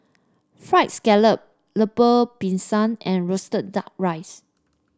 fried scallop Lemper Pisang and roasted duck rice